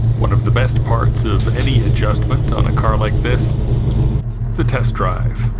one of the best parts of any adjustment on a car like this the test-drive